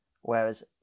whereas